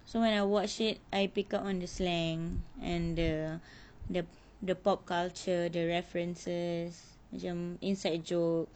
so when I watched it I pick up on the slang and the the the pop culture the references macam inside jokes